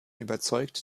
überzeugt